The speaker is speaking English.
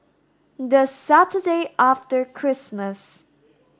the Saturday after Christmas